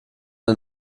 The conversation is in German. den